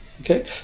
okay